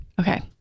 okay